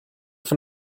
von